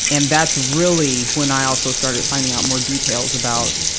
and that's really when i also started finding out more details about,